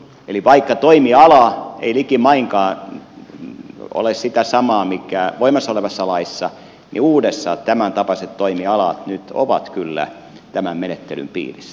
eli vaikka toimiala ei likimainkaan ole sitä samaa kuin mikä se on voimassa olevassa laissa niin uudessa tämäntapaiset toimialat nyt ovat kyllä tämän menettelyn piirissä